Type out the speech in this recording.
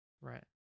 right